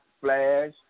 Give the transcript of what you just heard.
flash